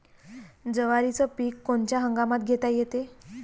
जवारीचं पीक कोनच्या हंगामात घेता येते?